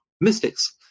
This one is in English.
mystics